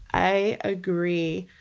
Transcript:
i agree.